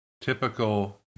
typical